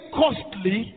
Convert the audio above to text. costly